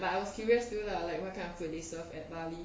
but I was curious still lah like what kind of food they serve at bali